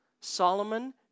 Solomon